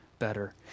Better